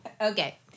Okay